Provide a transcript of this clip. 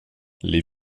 les